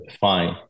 fine